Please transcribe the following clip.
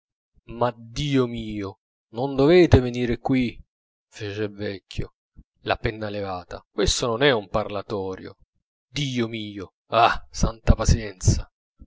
ma dio mio non dovete venire qui fece il vecchio la penna levata questo non è parlatorio dio mio ah santa pazienza